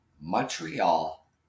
Montreal